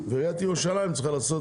ועיריית ירושלים צריכה לעשות